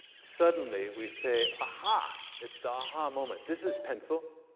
suddenly, we say, aha! it's the aha moment. this is pencil.